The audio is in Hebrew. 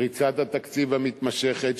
פריצת התקציב המתמשכת,